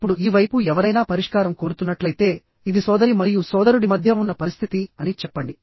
ఇప్పుడు ఈ వైపు ఎవరైనా పరిష్కారం కోరుతున్నట్లయితే ఇది సోదరి మరియు సోదరుడి మధ్య ఉన్న పరిస్థితి అని చెప్పండి